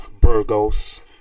Burgos